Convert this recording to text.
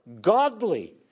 godly